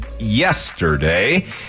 yesterday